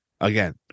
Again